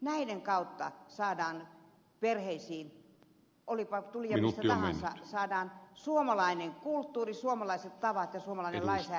näiden kautta saadaan perheisiin olipa tulija mistä tahansa suomalainen kulttuuri suomalaiset tavat ja suomalainen lainsäädäntö